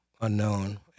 unknown